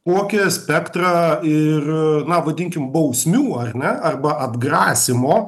kokį spektrą ir na vadinkim bausmių ar ne arba atgrasymo